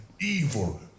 evil